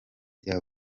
bya